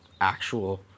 actual